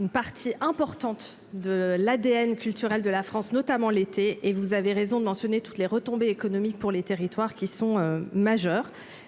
une partie importante de l'ADN culturel de la France, notamment l'été, et vous avez raison de mentionner toutes les retombées économiques pour les territoires qui sont majeurs,